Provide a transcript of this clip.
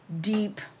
deep